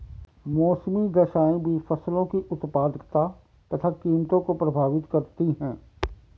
मौसमी दशाएं भी फसलों की उत्पादकता तथा कीमतों को प्रभावित करती है